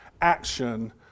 action